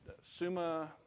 summa